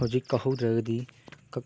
ꯍꯧꯖꯤꯛ ꯀꯛꯍꯧꯗ꯭ꯔꯒꯗꯤ